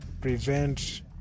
prevent